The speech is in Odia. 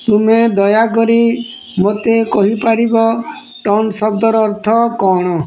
ତୁମେ ଦୟାକରି ମୋତେ କହିପାରିବ ଟର୍ନ୍ ଶବ୍ଦର ଅର୍ଥ କଣ